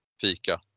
Fika